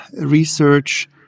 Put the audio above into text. research